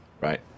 right